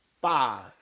five